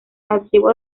archivos